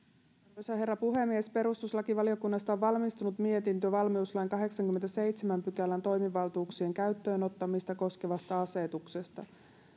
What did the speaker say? arvoisa herra puhemies perustuslakivaliokunnasta on valmistunut mietintö valmiuslain kahdeksannenkymmenennenseitsemännen pykälän toimivaltuuksien käyttöönottamista koskevasta asetuksesta